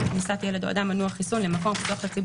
כניסת ילד או אדם מנוע חיסון למקום הפתוח לציבור